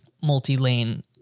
multi-lane